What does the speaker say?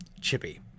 chippy